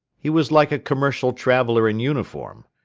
he was like a commercial traveller in uniform.